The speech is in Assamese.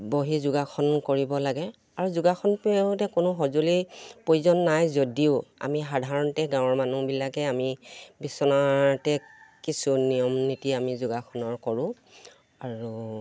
বহি যোগাসন কৰিব লাগে আৰু যোগাসন কৰোঁতে কোনো সঁজুলিৰ প্ৰয়োজন নাই যদিও আমি সাধাৰণতে গাঁৱৰ মানুহবিলাকে আমি বিচনাতে কিছু নিয়ম নীতি আমি যোগাসনৰ কৰোঁ আৰু